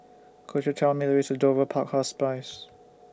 Could YOU Tell Me The Way to Dover Park Hospice